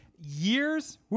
years